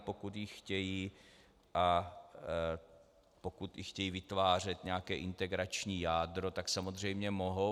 Pokud ji chtějí a pokud chtějí vytvářet nějaké integrační jádro, tak samozřejmě mohou.